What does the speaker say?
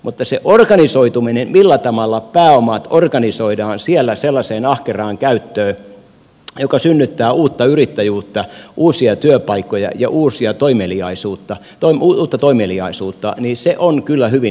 mutta se organisoituminen millä tavalla pääomat organisoidaan siellä sellaiseen ahkeraan käyttöön joka synnyttää uutta yrittäjyyttä uusia työpaikkoja ja uutta toimeliaisuutta niin se on kyllä hyvin järjestetty